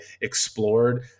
explored